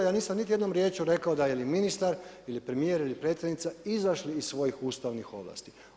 Ja nisam niti jednom riječju rekao da ili ministar ili premijer ili predsjednica izašli iz svojih ustavnih ovlasti.